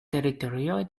teritorioj